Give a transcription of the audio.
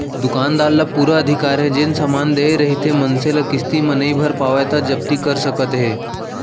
दुकानदार ल पुरा अधिकार हे जेन समान देय रहिथे मनसे ल किस्ती म नइ भर पावय त जब्ती कर सकत हे